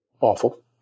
awful